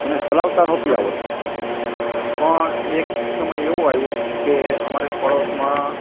મને ચલાવતા નહોતી આવડતી પણ એક સમય એવો આવ્યો કે અમારે પડોશમાં